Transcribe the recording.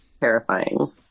terrifying